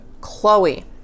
Chloe